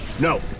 No